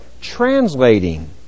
Translating